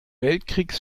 weltkriegs